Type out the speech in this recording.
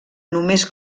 només